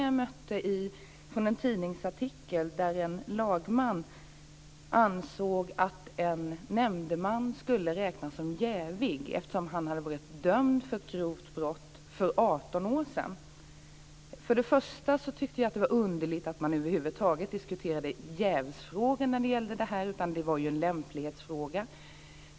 Jag läste en tidningsartikel där en lagman ansåg att en nämndeman skulle räknas som jävig eftersom han hade varit dömd för ett grovt brott för 18 år sedan. Först och främst tyckte jag att det var underligt att man över huvud taget diskuterade jävsfrågan, här var det fråga om lämplighet.